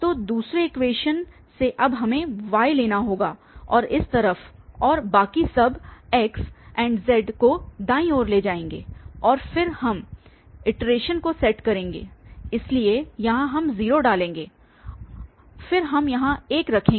तो दूसरे इक्वेशन से अब हमें y लेना होगा इस तरफ और बाकी सब को दाईं ओर ले जाएंगे और फिर हम इटरेशन को सेट करेंगे इसलिए यहां हम 0 डालेंगे फिर हम यहाँ 1 रखेंगे